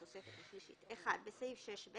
בתוספת השלישית בסעיף 6(ב),